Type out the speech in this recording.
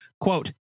Quote